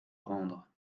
rendre